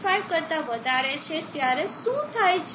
5 કરતા વધારે છે ત્યારે શું થાય છે